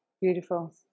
Beautiful